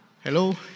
Hello